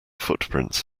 footprints